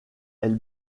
elle